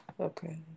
Okay